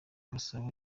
gasabo